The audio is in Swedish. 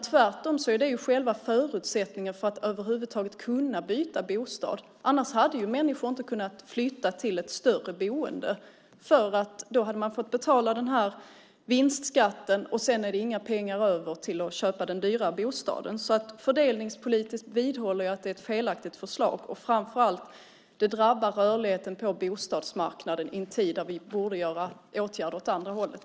Tvärtom är det ju själva förutsättningen för att över huvud taget kunna byta bostad. Annars hade människor inte kunnat flytta till ett större boende, för då hade man fått betala den här vinstskatten, och sedan är det inga pengar över till att köpa den dyrare bostaden. Fördelningspolitiskt vidhåller jag att det är ett felaktigt förslag, och framför allt: Det drabbar rörligheten på bostadsmarknaden i en tid då vi borde vidta åtgärder åt andra hållet.